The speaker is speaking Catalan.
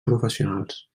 professionals